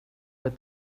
but